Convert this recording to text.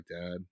dad